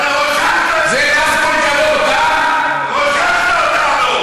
אתה הדוגמה לכל הדברים הרעים שבעולם החרדי.